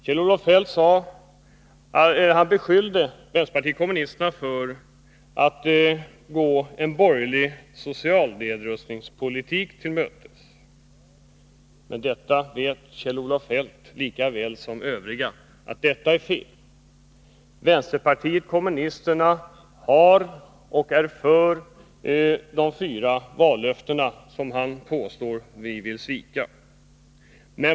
Kjell-Olof Feldt beskyllde vänsterpartiet kommunisterna för att gå en borgerlig social nedrustningspolitik till mötes. Men detta vet Kjell-Olof Feldt, lika väl som vi övriga, är fel. Vänsterpartiet kommunisterna har varit och är för de fyra vallöftena, som han nu påstår att vi vill svika.